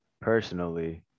personally